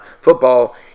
football